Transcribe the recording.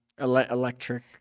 electric